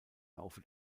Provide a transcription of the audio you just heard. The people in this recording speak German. laufe